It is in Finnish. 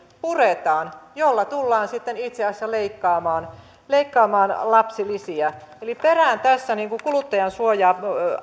puretaan jolla tullaan sitten itse asiassa leikkaamaan leikkaamaan lapsilisiä eli perään tässä kuluttajansuojaa